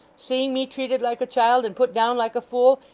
seeing me treated like a child, and put down like a fool,